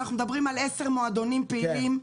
ואנחנו מדברים על עשרה מועדונים פעילים.